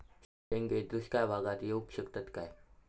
शेंगे दुष्काळ भागाक येऊ शकतत काय?